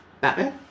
Batman